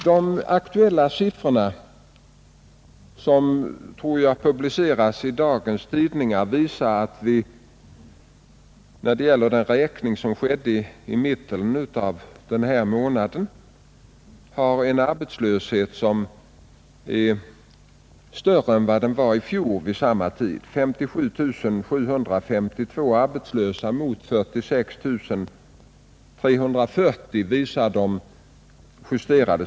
De aktuella siffrorna som publiceras i dagens tidningar visar, att vi i mitten av denna månad hade en större arbetslöshet än vid samma tidpunkt i fjol. De publicerade siffrorna är 57 752 nu mot 46 340 i fjol.